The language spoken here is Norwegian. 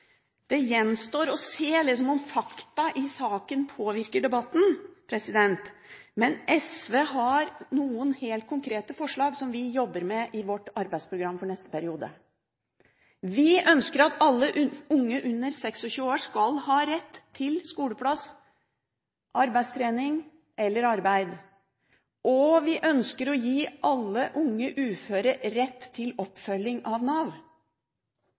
Det gjenstår å se om fakta i saken påvirker debatten, men SV har noen helt konkrete forslag som vi jobber med i vårt arbeidsprogram for neste periode. Vi ønsker at alle unge under 26 år skal ha rett til skoleplass, arbeidstrening eller arbeid, og vi ønsker å gi alle unge uføre rett til oppfølging av Nav.